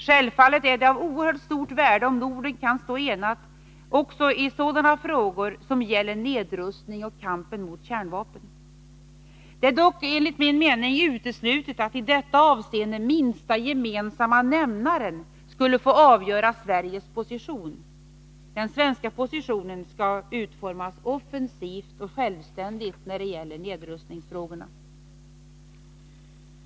Självfallet är det av oerhört stort värde om Norden kan stå enad också i frågor som gäller nedrustning och kampen mot kärnvapen. Det är dock enligt min mening uteslutet att i detta avseende ”minsta gemensamma nämnaren” skulle få avgöra Sveriges position — den svenska positionen skall utformas offensivt och självständigt när det gäller nedrustningsfrågorna.